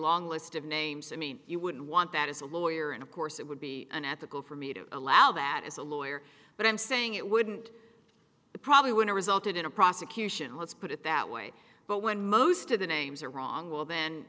long list of names i mean you wouldn't want that as a lawyer and of course it would be unethical for me to allow that as a lawyer but i'm saying it wouldn't probably when a resulted in a prosecution let's put it that way but when most of the names are wrong well then